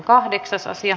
asia